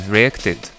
Reacted